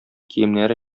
киемнәре